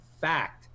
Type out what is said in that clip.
fact